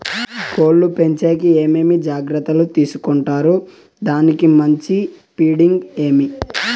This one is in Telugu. కోళ్ల పెంచేకి ఏమేమి జాగ్రత్తలు తీసుకొంటారు? దానికి మంచి ఫీడింగ్ ఏమి?